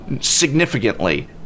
significantly